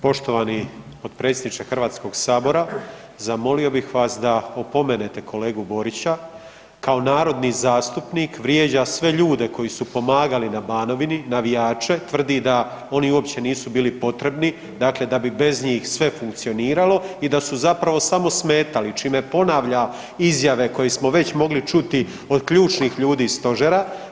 Poštovani potpredsjedniče HS, zamolio bih vas da opomenete kolegu Borića, kao narodni zastupnik vrijeđa sve ljude koji su pomagali na Banovini, navijače, tvrdi da oni uopće nisu bili potrebni, dakle da bi bez njih sve funkcioniralo i da su zapravo samo smetali, čime ponavlja izjave koje smo već mogli čuti od ključnih ljudi iz stožera.